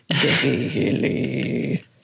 daily